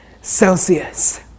Celsius